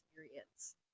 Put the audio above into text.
experience